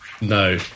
No